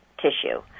tissue